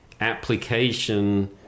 application